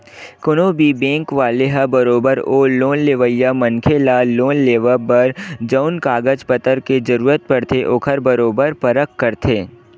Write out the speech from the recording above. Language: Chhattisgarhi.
कोनो भी बेंक वाले ह बरोबर ओ लोन लेवइया मनखे ल लोन लेवब बर जउन कागज पतर के जरुरत पड़थे ओखर बरोबर परख करथे